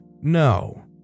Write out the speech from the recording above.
No